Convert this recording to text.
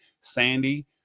Sandy